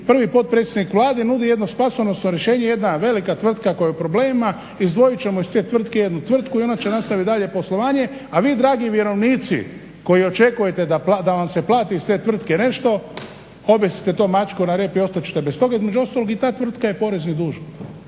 prvi potpredsjednik Vlade nudi jedno spasonosno rješenje, jedna velika tvrtka koja je u problemima izdvojit ćemo iz te tvrtke jednu tvrtku i ona će nastavit dalje poslovanje a vi dragi vjerovnici koji očekujete da vam se plati iz te tvrtke nešto objesite to mačku na Republika Hrvatska i ostat ćete bez toga. Između ostalog i ta tvrtka je porezni dužnik.